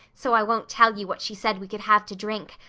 so i won't tell you what she said we could have to drink.